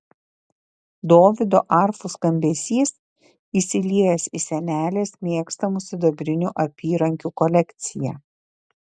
dovydo arfų skambesys įsiliejęs į senelės mėgstamų sidabrinių apyrankių kolekciją